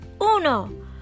Uno